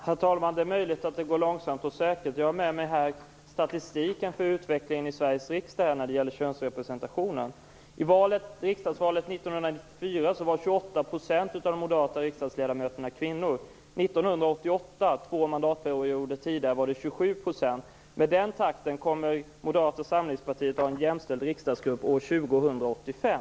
Herr talman! Det är möjligt att det går långsamt och säkert. Jag har med mig statistiken för utvecklingen i Sveriges riksdag när det gäller könsrepresentationen. I riksdagsvalet 1994 var 28 % av de moderata riksdagsledamöterna kvinnor. 1988 - två mandatperioder tidigare - var det 27 %. Med den takten kommer Moderata samlingspartiet att ha en jämställd riksdagsgrupp år 2085.